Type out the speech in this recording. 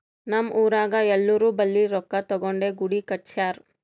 ನಮ್ ಊರಾಗ್ ಎಲ್ಲೋರ್ ಬಲ್ಲಿ ರೊಕ್ಕಾ ತಗೊಂಡೇ ಗುಡಿ ಕಟ್ಸ್ಯಾರ್